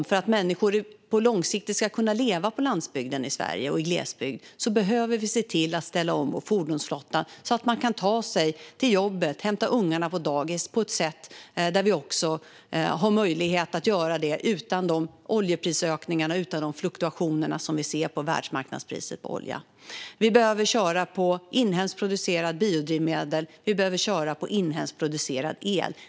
För att människor långsiktigt ska kunna leva på landsbygden och i glesbygden i Sverige behöver vi se till att ställa om vår fordonsflotta, så att man kan ta sig till jobbet och hämta ungarna på dagis trots oljeprisökningarna och de fluktuationer som vi ser i världsmarknadspriset på olja. Vi behöver köra på inhemskt producerade biodrivmedel. Vi behöver köra på inhemskt producerad el.